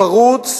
פרוץ,